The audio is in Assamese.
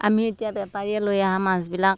আমি এতিয়া বেপাৰীয়ে লৈ আহা মাছবিলাক